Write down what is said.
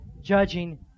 judging